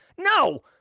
no